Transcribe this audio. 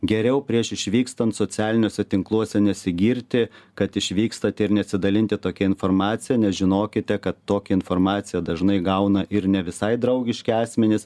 geriau prieš išvykstant socialiniuose tinkluose nesigirti kad išvykstate ir neatsidalinti tokia informacija nes žinokite kad tokią informaciją dažnai gauna ir ne visai draugiški asmenys